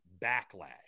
backlash